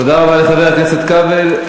תודה רבה לחבר הכנסת כבל.